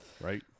right